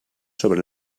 sobre